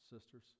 sisters